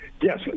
Yes